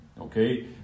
okay